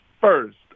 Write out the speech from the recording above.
first